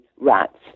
rats